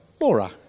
Laura